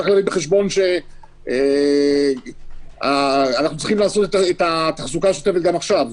צריך להביא בחשבון שאנחנו צריכים לעשות את התחזוקה השוטפת גם עכשיו,